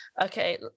okay